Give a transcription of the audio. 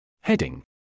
Heading